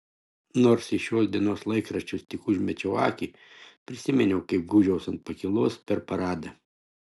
nors į šios dienos laikraščius tik užmečiau akį prisiminiau kaip gūžiausi ant pakylos per paradą